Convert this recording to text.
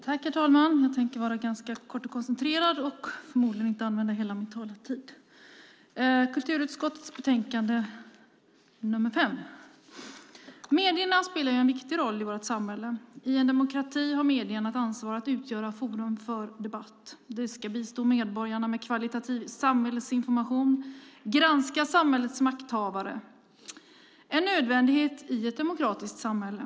Herr talman! Jag tänker fatta mig ganska kort och koncentrerat och förmodligen inte använda hela min talartid när det gäller kulturutskottets betänkande nr 5. Medierna spelar ju en viktig roll i vårt samhälle. I en demokrati har medierna ett ansvar för att utgöra forum för debatt. De ska bistå medborgarna med kvalitativ samhällsinformation och granska samhällets makthavare, en nödvändighet i ett demokratiskt samhälle.